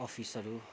अफिसहरू